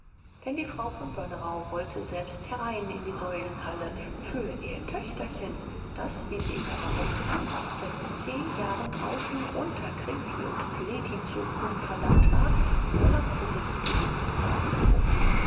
denn die frau von börnerau wollte selbst herein in die säulenhalle für ihr töchterchen das wie sie immer behauptete seit zehn jahren draußen unter kreti und pleti zu ruhen verdammt war verlangte sie die vielumworbene gruft